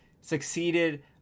succeeded